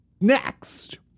Next